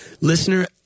Listener